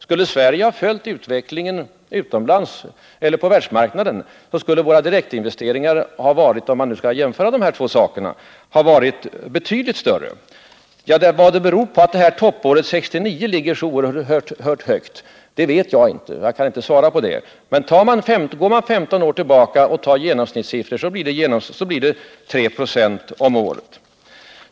Skulle Sverige ha följt utvecklingen på världsmarknaden borde våra direktinvesteringar — om man nu skall jämföra de här två sakerna — ha varit betydligt större. Vad det beror på att toppåret 1969 ligger så oerhört högt vet jag inte, det kan jag inte svara på. Men går man 15 år tillbaka och tar genomsnittssiffror blir det 3 96 om året.